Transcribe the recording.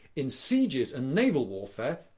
in sieges and naval warfare,